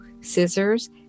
scissors